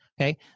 Okay